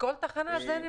בכל תחנה?